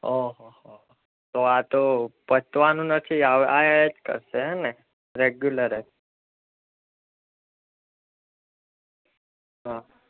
ઓહોહો તો આ તો પતવાનું નથી આવા આવ્યા જ કરશે એમને રેગ્યુલર જ હા